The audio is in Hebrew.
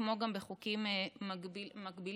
כמו גם בחוקים מקבילים.